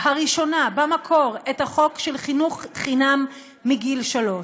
הראשונה, במקור, את החוק של חינוך חינם מגיל שלוש.